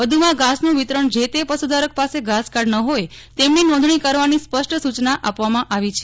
વ્ધુમાં ઘાસનુ વિતરણ જે તે પશુધારક પાસે ઘાસકાર્ડ ન હોય તેમની નોંધણી કરવાની સ્પષ્ટ સુચના આપવામાં આવી છે